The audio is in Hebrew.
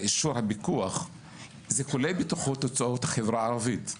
לאישור המפקח כולל בתוכו תוצאות החברה הערבית.